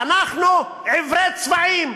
אנחנו עיוורי צבעים,